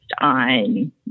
on